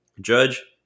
judge